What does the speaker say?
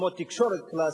כמו תקשורת קלאסית,